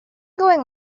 going